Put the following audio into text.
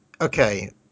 okay